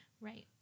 Right